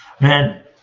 Man